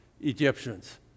Egyptians